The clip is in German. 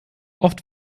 oft